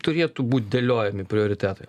turėtų būt dėliojami prioritetai